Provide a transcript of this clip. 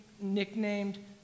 nicknamed